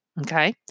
okay